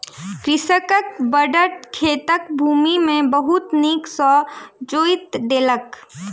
कृषकक बड़द खेतक भूमि के बहुत नीक सॅ जोईत देलक